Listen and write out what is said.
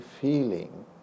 feeling